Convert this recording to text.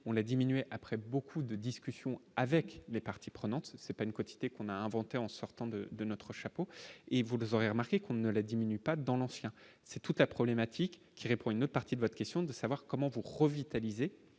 on a diminué après beaucoup de discussions avec les parties prenantes, c'est pas une quantité qu'on a inventé en sortant de de notre chapeau et vous les aurait remarqué qu'on ne la diminue pas dans l'ancien, c'est toute la problématique qui répond une partie de votre question, de savoir comment pour revitaliser